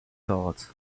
thoughts